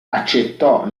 accettò